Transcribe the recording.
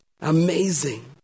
Amazing